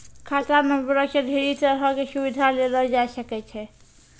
खाता नंबरो से ढेरी तरहो के सुविधा लेलो जाय सकै छै